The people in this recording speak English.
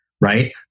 right